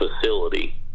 facility